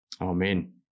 Amen